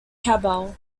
cabal